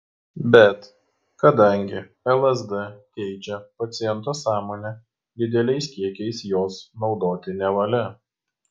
bet kadangi lsd keičia paciento sąmonę dideliais kiekiais jos naudoti nevalia